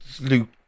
Luke